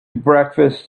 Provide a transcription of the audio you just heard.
breakfast